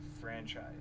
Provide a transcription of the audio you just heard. franchise